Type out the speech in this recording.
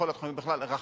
בכל התחומים, בכלל רחב,